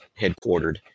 headquartered